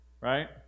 Right